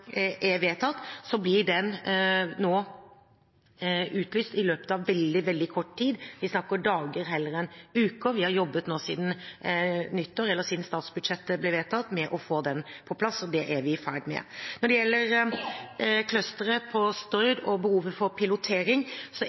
blir det utlyst i løpet av veldig, veldig kort tid. Vi snakker om dager heller enn uker. Vi har jobbet siden statsbudsjettet ble vedtatt med å få det på plass, så det er vi i ferd med. Når det gjelder clusteret på Stord og behovet for pilotering,